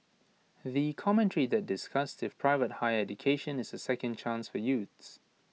the commentary that discussed if private higher education is A second chance for youths